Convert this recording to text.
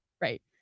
Right